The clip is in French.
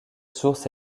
source